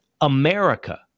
America